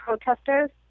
protesters